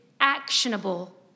actionable